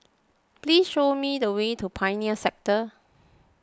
please show me the way to Pioneer Sector